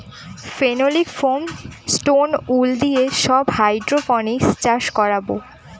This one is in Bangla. ফেনোলিক ফোম, স্টোন উল দিয়ে সব হাইড্রোপনিক্স চাষ করাবো